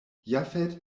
jafet